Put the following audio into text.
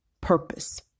purpose